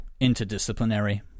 interdisciplinary